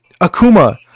Akuma